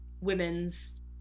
women's